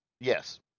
Yes